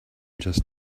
just